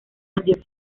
dióxido